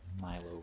Milo